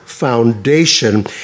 foundation